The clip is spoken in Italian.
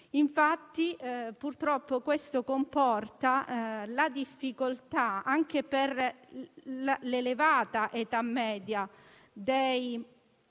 e purtroppo questo comporta difficoltà, anche per l'elevata età media dei